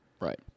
right